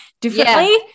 differently